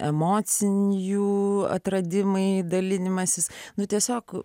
emociniai jų atradimai dalinimasis nu tiesiog